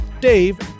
Dave